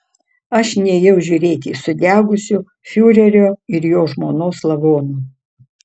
aš nėjau žiūrėti sudegusių fiurerio ir jo žmonos lavonų